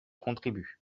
contribue